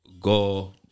go